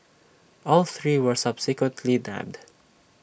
all three were subsequently nabbed